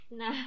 na